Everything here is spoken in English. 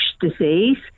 disease